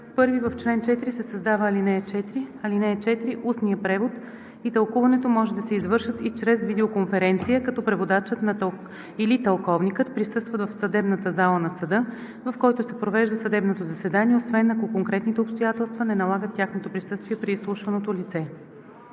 „§ 1. В чл. 4 се създава ал. 4: „(4) Устният превод и тълкуването може да се извършат и чрез видеоконференция, като преводачът или тълковникът присъстват в съдебната зала на съда, в който се провежда съдебното заседание, освен ако конкретните обстоятелства не налагат тяхното присъствие при изслушваното лице.“